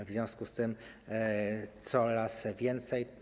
W związku z tym coraz więcej.